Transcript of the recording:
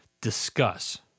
discuss